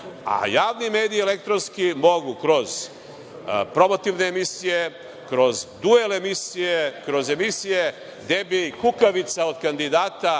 a javni elektronski mediji mogu kroz promotivne emisije, kroz duel emisije, kroz emisije gde bi kukavica od kandidata,